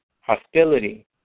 hostility